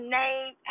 name